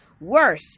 worse